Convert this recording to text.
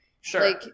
Sure